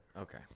Okay